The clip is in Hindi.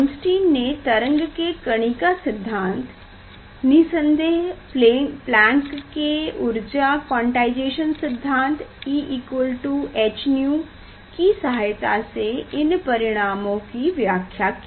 आइन्सटाइन ने तरंग के कणिका सिद्धांत निःसंदेह प्लांक के ऊर्जा क्वांटाइजेशन सिद्धांत E h𝛎 कि सहायता से इन परिणामों कि व्याख्या की